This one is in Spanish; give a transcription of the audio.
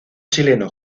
chileno